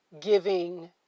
giving